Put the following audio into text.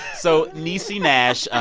so niecy nash,